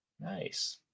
Nice